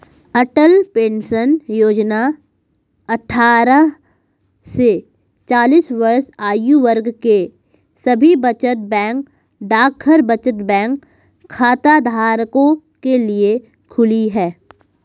अटल pension योजना अट्ठारह से चालीस वर्ष आयु वर्ग के सभी बचत बैंक डाकघर बचत बैंक खाताधारकों के लिए खुली है